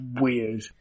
weird